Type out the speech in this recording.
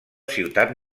ciutat